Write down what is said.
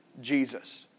Jesus